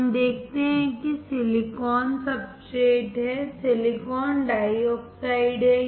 हम देखते हैं कि सिलिकॉन सब्सट्रेट है और सिलिकॉन डाइऑक्साइड है